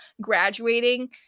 graduating